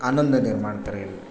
आनंद निर्माण तर